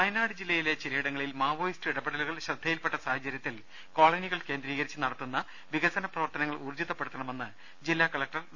വയനാട് ജില്ലയിലെ ചിലയിടങ്ങളിൽ മാവോയിസ്റ്റ് ഇടപെടലുകൾ ശ്രദ്ധയിൽപ്പെട്ട സാഹചര്യത്തിൽ കോളനികൾ കേന്ദ്രീകരിച്ച് നടത്തുന്ന വികസന പ്രവർത്തനങ്ങൾ ഊർജിതപ്പെടുത്തണമെന്ന് ജില്ലാ കളക്ടർ ഡോ